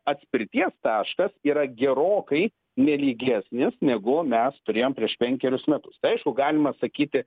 atspirties taškas yra gerokai nelygesnis negu mes turėjom prieš penkerius metus tai aišku galima sakyti